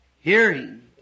hearing